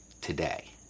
Today